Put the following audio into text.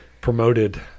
promoted